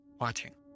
watching